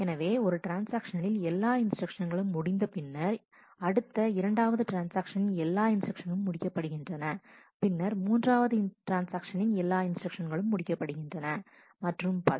எனவே ஒரு ட்ரான்ஸ்ஆக்ஷனில் எல்லா இன்ஸ்டிரக்ஷன்ஸ்களும் முடிந்தபின்பு பின்னர் அடுத்த இரண்டாவது ட்ரான்ஸ்ஆக்ஷனின் எல்லா இன்ஸ்டிரக்ஷன்ஸ்களும் முடிக்கப்படுகின்றன பின்னர் மூன்றாவது ட்ரான்ஸ்ஆக்ஷனின் எல்லா இன்ஸ்டிரக்ஷன்ஸ்களும் முடிக்கப்படுகின்றன மற்றும் பல